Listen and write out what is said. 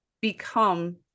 become